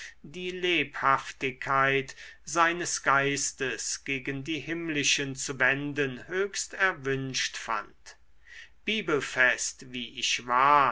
die lebhaftigkeit seines geistes gegen die himmlischen zu wenden höchst erwünscht fand bibelfest wie ich war